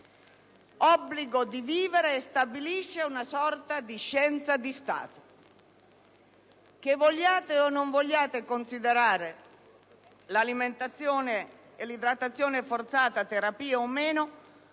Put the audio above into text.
obbligo di vivere e una sorta di scienza di Stato. Che vogliate o non vogliate considerare l'alimentazione e l'idratazione forzata terapia o meno,